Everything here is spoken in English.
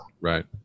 Right